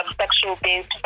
sexual-based